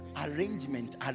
Arrangement